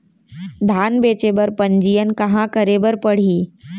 धान बेचे बर पंजीयन कहाँ करे बर पड़ही?